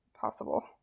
possible